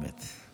אמת.